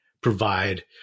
provide